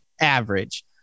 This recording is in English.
average